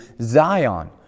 Zion